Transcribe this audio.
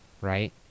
right